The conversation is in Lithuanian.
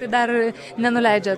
tai dar nenuleidžiat